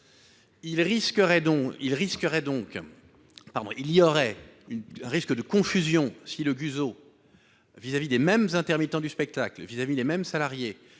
Il y aurait un risque de confusion si le GUSO, à l'égard des mêmes intermittents du spectacle et des mêmes salariés,